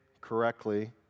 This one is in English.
correctly